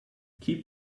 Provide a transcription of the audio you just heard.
keep